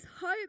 hope